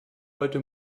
heute